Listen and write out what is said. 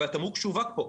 הרי התמרוק שווק פה.